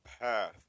path